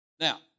Now